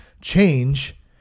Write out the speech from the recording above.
change